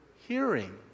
hearing